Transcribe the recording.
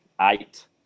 Eight